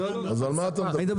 אז על מה אתה מדבר?